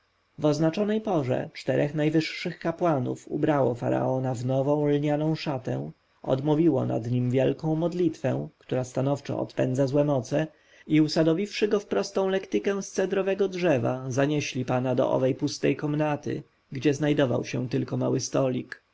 oznaczonej porze czterech najwyższych kapłanów ubrało faraona w nową lnianą szatę odmówiło nad nim wielką modlitwę która stanowczo odpędzała złe moce i usadowiwszy go w prostą lektykę z cedrowego drzewa zanieśli pana do owej pustej komnaty gdzie znajdował się tylko mały stolik